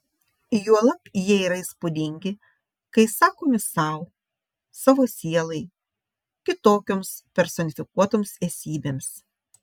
juolab jie yra įspūdingi kai sakomi sau savo sielai kitokioms personifikuotoms esybėms